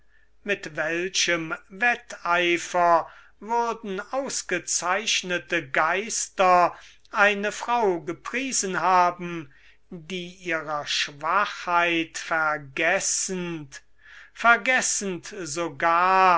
mit welchem wetteifer würden ausgezeichnete geister eine frau gepriesen haben die ihrer schwachheit vergessend vergessend sogar